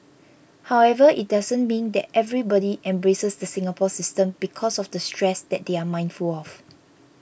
however it doesn't mean that everybody embraces the Singapore system because of the stress that they are mindful of